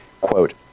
Quote